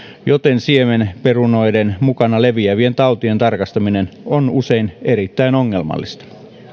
joten siemenperunoiden mukana leviävien tautien tarkastaminen on usein erittäin ongelmallista